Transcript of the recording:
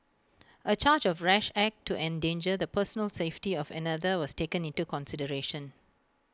A charge of rash act to endanger the personal safety of another was taken into consideration